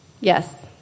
Yes